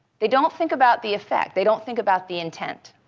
they don't think about the effect, they don't think about the intent.